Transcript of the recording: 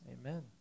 Amen